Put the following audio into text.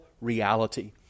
reality